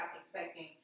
expecting